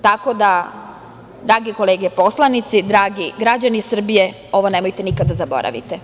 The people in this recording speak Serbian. Drage kolege poslanici, dragi građani Srbije, ovo nemojte nikada da zaboravite.